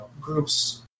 groups